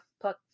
put